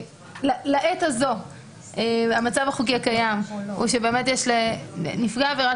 לעת הזו המצב החוקי הקיים הוא שלנפגע עבירה